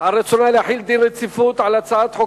רצונה להחיל דין רציפות על הצעת חוק